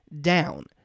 down